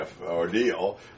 ordeal